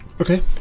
Okay